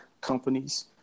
companies